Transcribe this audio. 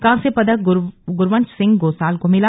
कांस्य पदक गुरवंश सिंह गोसाल को मिला